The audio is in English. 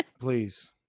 Please